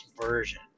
Version